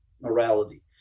morality